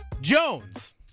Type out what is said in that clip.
jones